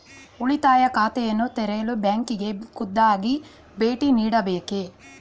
ಉಳಿತಾಯ ಖಾತೆಯನ್ನು ತೆರೆಯಲು ಬ್ಯಾಂಕಿಗೆ ಖುದ್ದಾಗಿ ಭೇಟಿ ನೀಡಬೇಕೇ?